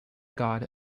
god